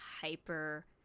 hyper